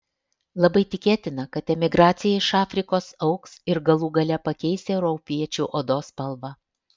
labai tikėtina kad emigracija iš afrikos augs ir galų gale pakeis europiečių odos spalvą